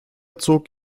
zog